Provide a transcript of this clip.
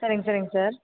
சரிங்க சரிங்க சார்